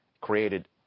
created